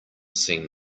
seem